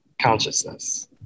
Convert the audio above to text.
consciousness